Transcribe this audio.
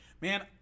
Man